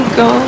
go